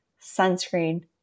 sunscreen